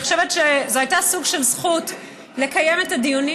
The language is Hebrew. אני חושבת שזה היה סוג של זכות לקיים את הדיונים